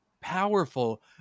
powerful